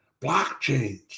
blockchains